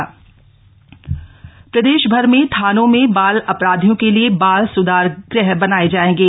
बाल सुधार गह प्रदेशभर में थानों में बाल अपराधियों के लिए बाल सृधार गृह बनाये जाएंगे